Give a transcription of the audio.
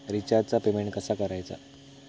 रिचार्जचा पेमेंट कसा करायचा?